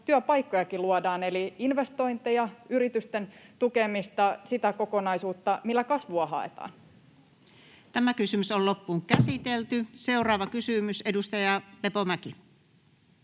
työpaikkojakin luodaan, eli investointeja, yritysten tukemista, sitä kokonaisuutta, millä kasvua haetaan. Seuraava kysymys, edustaja Lepomäki.